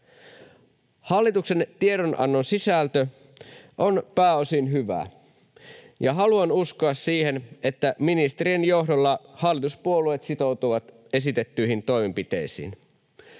Hallituksen tiedonannon sisältö on pääosin hyvä, ja haluan uskoa siihen, että ministe-rien johdolla hallituspuolueet sitoutuvat esitettyihin toimenpiteisiin.